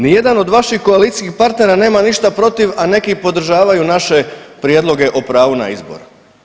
Ni jedan od vaših koalicijskih partnera nema ništa protiv, a neki podržavaju naše prijedloge o pravu na izbor.